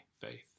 faith